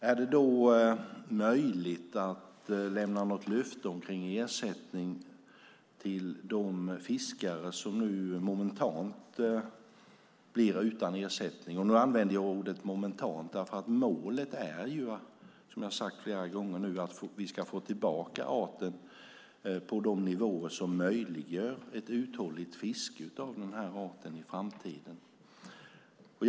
Är det då möjligt att lämna något löfte om ersättning till de fiskare som nu momentant blir utan ersättning? Jag använder ordet momentant därför att målet är att vi ska få tillbaka arten på de nivåer som möjliggör ett uthålligt fiske av arten i framtiden, som jag har sagt flera gånger.